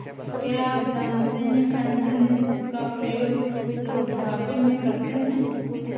क्या आप जानते है पेंशन निधि का प्रयोग लोग बुढ़ापे में करते है?